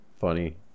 funny